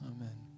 Amen